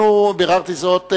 ביררתי זאת,